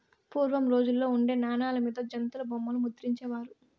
పూర్వం రోజుల్లో ఉండే నాణాల మీద జంతుల బొమ్మలు ముద్రించే వారు